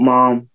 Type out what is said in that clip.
Mom